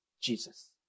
Jesus